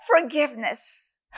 forgiveness